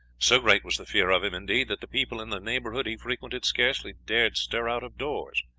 so great was the fear of him, indeed, that the people in the neighborhood he frequented scarcely dared stir out of doors,